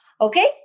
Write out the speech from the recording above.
Okay